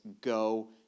Go